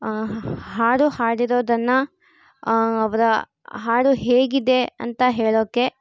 ಹಾಡು ಹಾಡಿರೋದನ್ನು ಅವರ ಹಾಡು ಹೇಗಿದೆ ಅಂತ ಹೇಳೋಕ್ಕೆ